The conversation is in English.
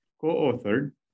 co-authored